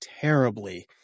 terribly